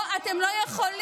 נעמה,